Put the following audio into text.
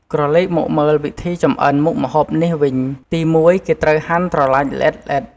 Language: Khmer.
ក្រឡេកមកមើលវិធីចម្អិនមុខម្ហូបនេះវិញ ទីមួយគេត្រូវហាន់ត្រឡាចល្អិតៗ។